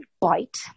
Bite